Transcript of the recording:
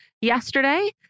yesterday